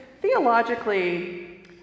theologically